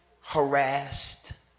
harassed